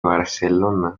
barcelona